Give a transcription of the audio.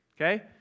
okay